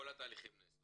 כל התהליכים נעשו,